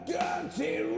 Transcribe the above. dirty